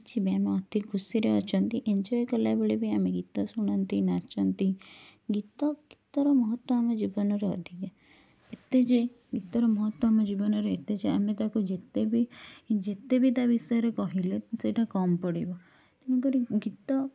କିଛି ବି ଆମେ ଅତି ଖୁସିରେ ଅଛନ୍ତି ଏନ୍ଜୟ କଲାବେଳେ ବି ଆମେ ଗୀତ ଶୁଣନ୍ତି ନାଚନ୍ତି ଗୀତ ଗୀତର ମହତ୍ତ୍ୱ ଆମ ଜୀବନରେ ଅଧିକା ଏତେ ଯେ ଗୀତର ମହତ୍ତ୍ୱ ଆମ ଜୀବନରେ ଏତେ ଯେ ଆମେ ତାକୁ ଯେତେ ବି ଯେତେ ବି ତା ବିଷୟରେ କହିଲେ ସେଇଟା କମ୍ ପଡ଼ିବ ତେଣୁ କରି ଗୀତ